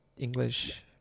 English